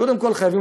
קודם כול חייבים